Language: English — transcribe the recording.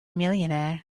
millionaire